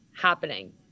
happening